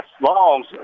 Long's